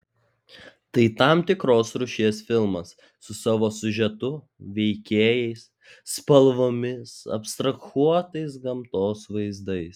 tai tam tikros rūšies filmas su savo siužetu veikėjais spalvomis abstrahuotais gamtos vaizdais